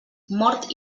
mort